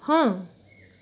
ହଁ